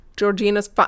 Georgina's